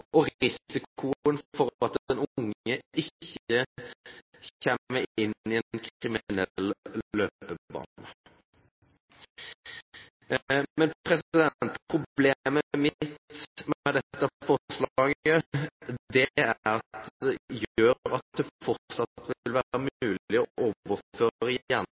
og risikoen for at den unge kommer inn i en kriminell løpebane, reduseres. Problemet mitt med dette forslaget er at det fortsatt vil være mulig å overføre